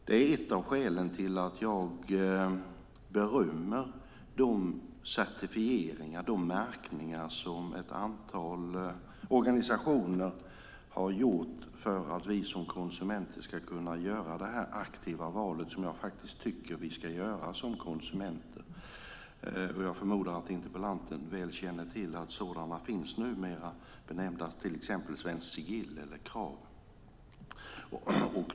Det är ett av skälen till att jag berömmer de certifieringar, de märkningar, som ett antal organisationer har gjort för att vi som konsumenter ska kunna göra det aktiva val som jag faktiskt tycker att vi ska göra. Jag förmodar att interpellanten väl känner till att sådana numera finns, benämnda till exempel Svenskt Sigill eller Krav.